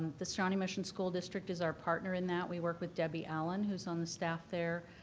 the shawnee mission school district is our partner in that. we work with debbie allen, who's on the staff there,